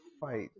fight